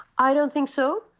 i don't think so.